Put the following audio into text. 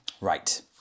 Right